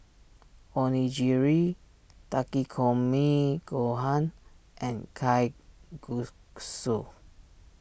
Onigiri Takikomi Gohan and Kalguksu